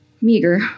meager